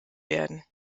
werden